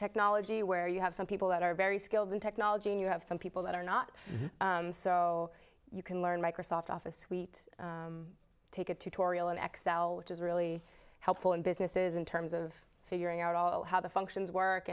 technology where you have some people that are very skilled in technology and you have some people that are not so you can learn microsoft office suite take a tutorial on x l which is really helpful in businesses in terms of figuring out all how the functions work